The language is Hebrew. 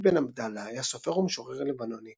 נאסיף בן עבדאללה היה סופר ומשורר לבנוני,